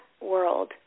world